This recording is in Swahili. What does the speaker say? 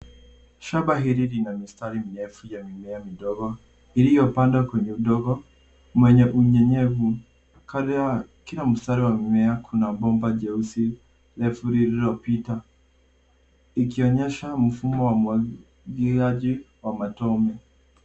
Shamba hili lina mistari mirefu ya mimea midogo iliyopandwa kwenye udongo mwenye unyenyevu. Kando ya kila mistari ya mimea kuna bomba jeusi lililopita ikionyesha mfumo wa umwagiliaji wa matone.